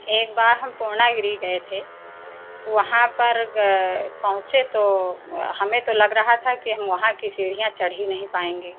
एक बार हम पूर्णागिरी गए थे वहां पर पहुंचे तो हमें तो लग रहा था कि हम वहां की सीढियां चढ़ ही नहीं पाएंगे